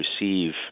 receive